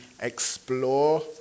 explore